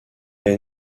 est